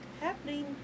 happening